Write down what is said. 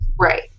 Right